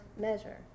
measure